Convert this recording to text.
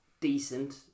decent